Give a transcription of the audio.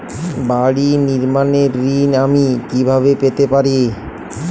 বাড়ি নির্মাণের ঋণ আমি কিভাবে পেতে পারি?